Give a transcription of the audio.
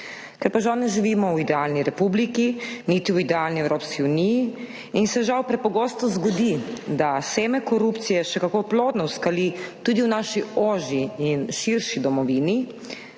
Ker pa žal ne živimo v idealni republiki niti v idealni Evropski uniji in se žal prepogosto zgodi, da seme korupcije še kako plodno vzkali tudi v naši ožji in širši domovini,